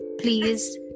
please